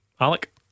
Alec